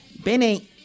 Benny